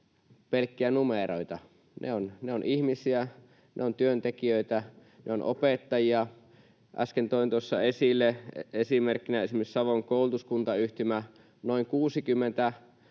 pelkkiä numeroita. Ne ovat ihmisiä, ne ovat työntekijöitä, ne ovat opettajia. Äsken toin tuossa esille esimerkkinä Savon koulutuskuntayhtymän: noin 60